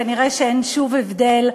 כנראה שאין שום הבדל,